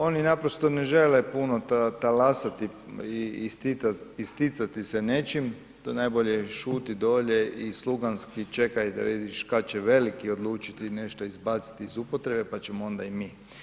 Oni naprosto ne žele puno talasati i isticati se nečim, to je najbolje šuti dolje i sluganjski čekaj da vidiš kad će veliki odlučiti nešto izbaciti iz upotrebe pa ćemo onda i mi.